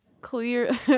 clear